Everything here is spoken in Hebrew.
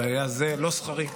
והיה זה לא שכרי.